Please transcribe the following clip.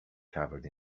covered